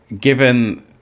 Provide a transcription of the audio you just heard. Given